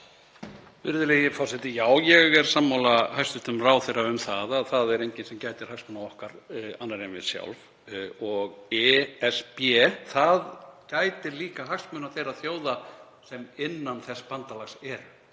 það er enginn sem gætir hagsmuna okkar annar en við sjálf og ESB gætir líka hagsmuna þeirra þjóða sem innan þess bandalags eru,